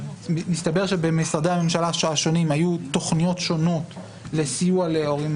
מסתבר שבמשרדי הממשלה השונים היו תוכניות שונות לסיוע להורים